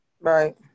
right